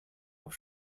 auf